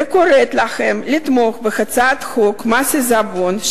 וקוראת לכם לתמוך בהצעת חוק מס עיזבון,